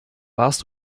warst